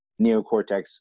neocortex